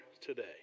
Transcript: today